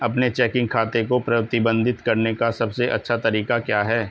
अपने चेकिंग खाते को प्रबंधित करने का सबसे अच्छा तरीका क्या है?